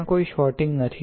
ત્યાં કોઈ શોર્ટિંગ નથી